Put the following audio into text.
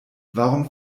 warum